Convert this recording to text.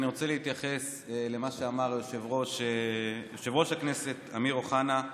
אני רוצה להתייחס למה שאמר יושב-ראש הכנסת אמיר אוחנה.